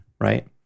Right